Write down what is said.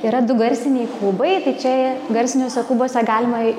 yra du garsiniai kubai tai čia garsiniuose kubuose galima